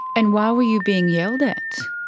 and why were you being yelled at?